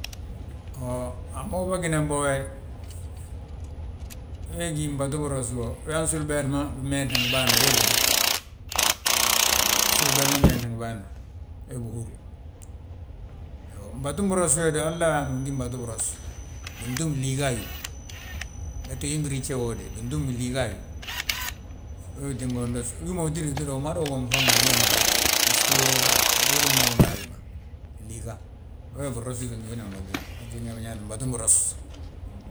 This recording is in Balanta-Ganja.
A mo bâginan bo wee gí mbatu biros wo. We han sulu uber fan, mmeesi ngi bâan ma bég húru, sulu uber ma meesni ngi bâan ma, we bihúru. Iyoo, mbatu biros we du halla uyaani han win gí mbatu biros. Bintúm liiga a wi, ngette wiin birija woo wi de, bintúm liiga a wi. Wee tínga win doosi, wi ma utidi tida umada womi fan wi geenan bóoti. Bisgo wilin womi ga a wi ma, liiga we binrosi ngi wina gmenten, wee tínga binyaa wi mbatu biros.